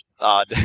odd